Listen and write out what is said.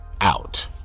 out